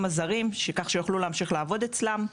הזרים כך שיוכלו להמשיך לעבוד אצלם.